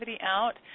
out